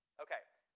okay.